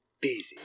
busy